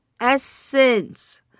essence